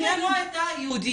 אם היא לא הייתה יהודייה,